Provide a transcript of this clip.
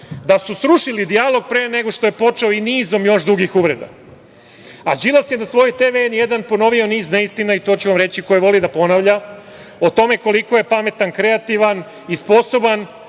da su srušili dijalog pre nego što je počeo, i nizom još drugih uvreda. Đilas je na svojoj televiziji N1 ponovio niz neistina, i to ću vam reći, koje voli da ponavlja, o tome koliko je pametan, kreativan i sposoban